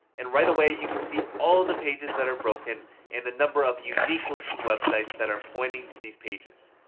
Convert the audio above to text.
and right away, you can see all of the pages that are broken and the number of unique linking websites that are pointing to these pages.